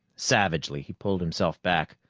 savagely he pulled himself back.